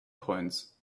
coins